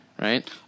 right